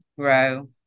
grow